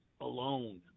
alone